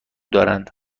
دارند